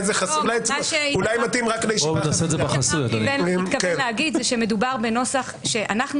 התכוונו להגיד שמדובר בנוסח שאנחנו